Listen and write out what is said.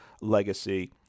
legacy